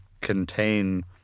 contain